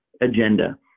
agenda